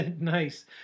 Nice